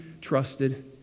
trusted